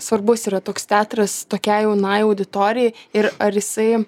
svarbus yra toks teatras tokiai jaunai auditorijai ir ar jisai